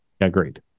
Agreed